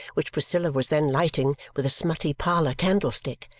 which priscilla was then lighting with a smutty parlour candlestick,